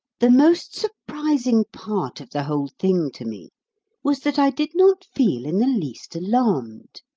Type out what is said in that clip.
the most surprising part of the whole thing to me was that i did not feel in the least alarmed.